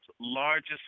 largest